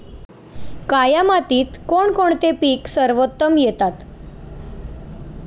काया मातीत कोणते कोणते पीक आहे सर्वोत्तम येतात?